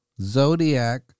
zodiac